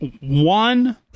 one